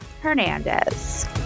hernandez